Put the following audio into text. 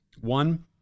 One